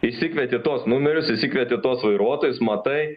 išsikvieti tuos numerius išsikvieti tuos vairuotojus matai